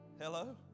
Hello